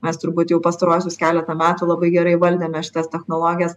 mes turbūt jau pastaruosius keletą metų labai gerai įvaldėme šitas technologijas